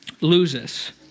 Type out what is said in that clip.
loses